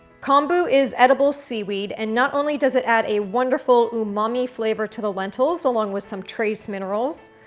kombu is edible seaweed. and not only does it add a wonderful umami flavor to the lentils along with some trace minerals,